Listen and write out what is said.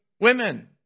women